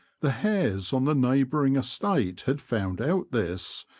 the hares on the neighbouring estate had found out this,